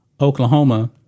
Oklahoma